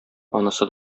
анысы